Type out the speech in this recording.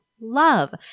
love